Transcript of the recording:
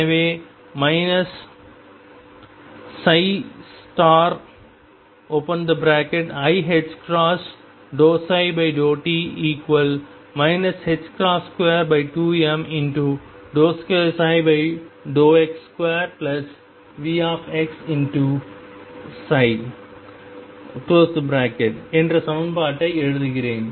எனவே minus iℏ∂ψ∂t 22m2x2Vx என்ற சமன்பாட்டை எழுதுகிறேன்